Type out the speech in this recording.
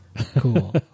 cool